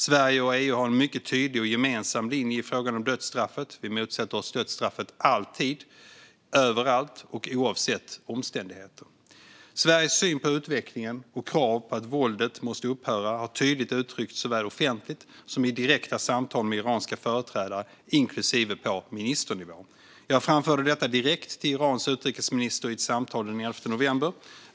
Sverige och EU har en mycket tydlig och gemensam linje i frågan om dödstraffet, som vi alltid, överallt och oavsett omständigheter motsätter oss. Sveriges syn på utvecklingen och krav på att våldet ska upphöra har tydligt uttryckts såväl offentligt som i direkta samtal med iranska företrädare, inklusive på ministernivå. Jag framförde detta direkt till Irans utrikesminister i ett samtal den 11 november.